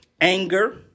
Anger